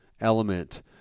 element